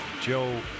Joe